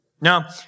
Now